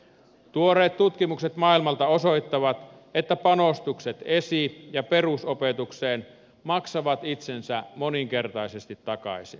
tuoreet tutkimukset maailmalta osoittavat että panostukset esi ja perusopetukseen maksavat itsensä moninkertaisesti takaisin